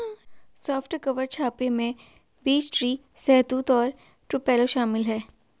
soft cover छापों में beech tree, शहतूत और टुपेलो शामिल है